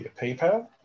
PayPal